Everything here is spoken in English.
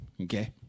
okay